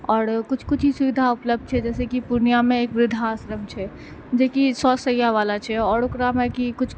और किछु किछु ई सुविधा उपलब्ध छै जाहिसॅं कि पूर्णियामे एक वृद्धाश्रम छै जेकि सए सैया वाला छै और ओकरामे कि कुछ